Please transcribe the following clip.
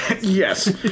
Yes